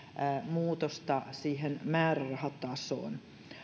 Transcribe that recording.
muutosta siihen määrärahatasoon